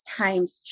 times